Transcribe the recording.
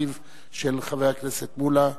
אחיו של חבר הכנסת מולה.